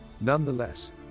Nonetheless